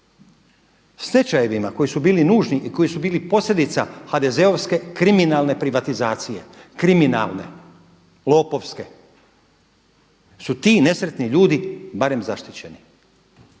Stečajevima koji su bili nužni i koji su bili posljedica HDZ-ovske kriminalne privatizacije, kriminalne, lopovske, su ti nesretni ljudi barem zaštićeni.